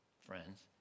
friends